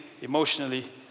emotionally